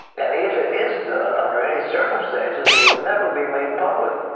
and if it is done under any circumstances, it would never be made public.